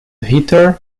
hitter